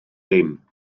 dim